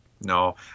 no